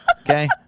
Okay